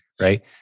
Right